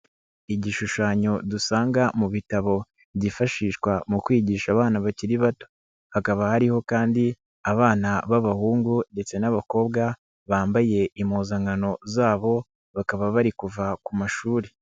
Igishushanyo dusanga mu bitabo byifashishwa mu kwigisha abana bakiri bato. Hakaba hariho kandi abana b'abahungu ndetse n'abakobwa, bambaye impuzankano zabo, bakaba bari kuva ku mashuri.